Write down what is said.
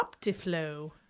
Optiflow